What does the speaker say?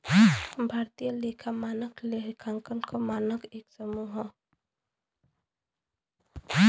भारतीय लेखा मानक लेखांकन मानक क एक समूह हौ